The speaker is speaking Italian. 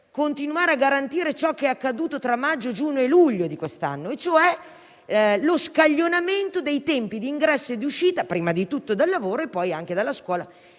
continuare a garantire quanto c'è stato nei mesi di maggio, giugno e luglio di quest'anno, e cioè lo scaglionamento dei tempi di ingresso e di uscita, prima di tutto dal lavoro, e - poi - anche dalla scuola,